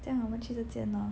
这样我们就去这件咯